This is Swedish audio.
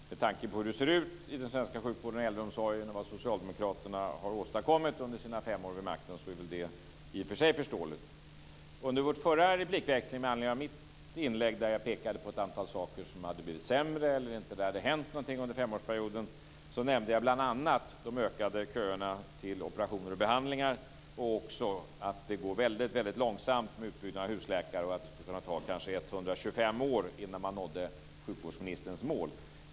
Med tanke på hur det ser ut i den svenska sjukvården och äldreomsorgen och vad socialdemokraterna har åstadkommit under sina fem år vid makten är det i och för sig förståeligt. Under vår förra replikväxling med anledning av mitt inlägg, där jag pekade på ett antal saker som hade blivit sämre eller där det inte hade hänt någonting under femårsperioden, nämnde jag bl.a. de ökade köerna till operationer och behandlingar och också att utbyggnaden av husläkarsystemet går väldigt långsamt och att det skulle kunna ta 125 år innan man når sjukvårdsministerns mål.